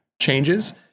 changes